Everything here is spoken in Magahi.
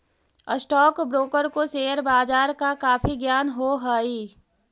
स्टॉक ब्रोकर को शेयर बाजार का काफी ज्ञान हो हई